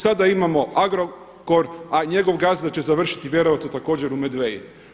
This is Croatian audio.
Sada imamo Agrokor, a njegov gazda će završiti vjerojatno također u Medvei.